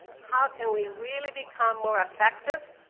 how can we really become more effective?